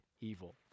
evil